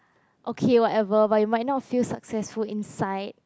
okay whatever but you might not feel successful inside